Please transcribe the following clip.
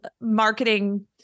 marketing